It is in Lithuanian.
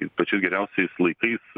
ir pačiais geriausiais laikais